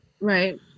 Right